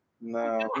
No